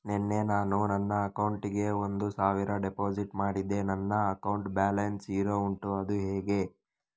ನಿನ್ನೆ ನಾನು ನನ್ನ ಅಕೌಂಟಿಗೆ ಒಂದು ಸಾವಿರ ಡೆಪೋಸಿಟ್ ಮಾಡಿದೆ ನನ್ನ ಅಕೌಂಟ್ ಬ್ಯಾಲೆನ್ಸ್ ಝೀರೋ ಉಂಟು ಅದು ಹೇಗೆ?